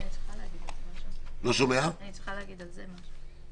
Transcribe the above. אני צריכה להגיד על זה משהו.